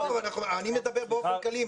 אני מדבר באופן כללי,